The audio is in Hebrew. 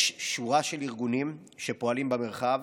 יש שורה של ארגונים שפועלים במרחב: